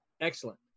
Excellent